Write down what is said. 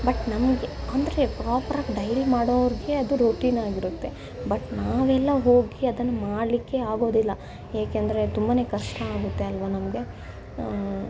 but ನಮಗೆ ಅಂದರೆ ಪ್ರಾಪರಾಗಿ ಡೈಲಿ ಮಾಡೋರಿಗೆ ಅದು ರೂಟೀನಾಗಿರುತ್ತೆ ಬಟ್ ನಾವೆಲ್ಲ ಹೋಗಿ ಅದನ್ನ ಮಾಡ್ಲಿಕ್ಕೆ ಆಗೋದಿಲ್ಲ ಏಕೆಂದರೆ ಅದು ತುಂಬನೇ ಕಷ್ಟ ಆಗುತ್ತೆ ಅಲ್ವಾ ನಮಗೆ